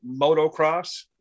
motocross